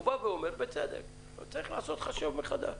הוא בא ואומר בצדק שצריך לעשות חושבים מחדש.